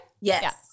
Yes